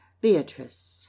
Beatrice